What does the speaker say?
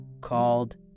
called